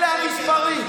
אלה המספרים.